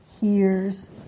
hears